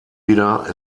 wieder